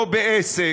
או בעסק,